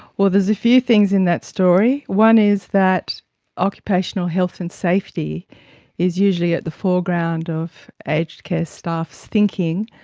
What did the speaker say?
well, there's a few things in that story. one is that occupational health and safety is usually at the foreground of aged care staff's thinking.